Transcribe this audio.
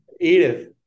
Edith